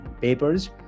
papers